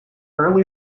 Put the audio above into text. early